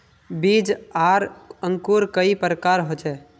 बीज आर अंकूर कई प्रकार होचे?